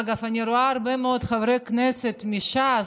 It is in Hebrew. אגב, אני רואה הרבה מאוד חברי כנסת מש"ס,